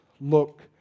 look